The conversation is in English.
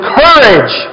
courage